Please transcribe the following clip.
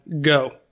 go